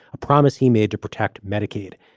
a promise he made to protect medicaid.